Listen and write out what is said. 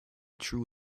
true